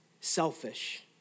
selfish